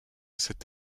cette